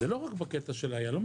זה לא רק בקטע של היהלומים,